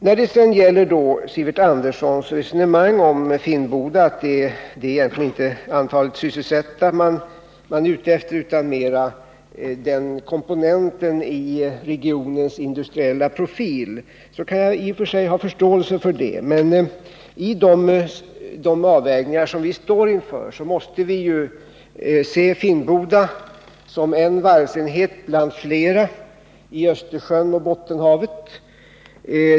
Jag kan i och för sig förstå Sivert Anderssons resonemang om Finnboda varv, innebärande att man egentligen inte främst skulle vara inriktad på antalet sysselsatta utan mera på att ta till vara den komponent i regionens industriella profil som varvet utgör, men i de avvägningar som vi står inför måste vi se Finnboda som en varvsenhet bland flera vid Östersjön och Bottenhavet.